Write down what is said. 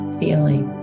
feeling